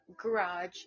Garage